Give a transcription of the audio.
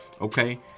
Okay